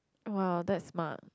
!wow! that's smart